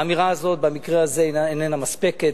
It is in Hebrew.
האמירה הזאת במקרה הזה איננה מספקת,